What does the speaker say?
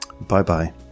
bye-bye